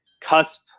cusp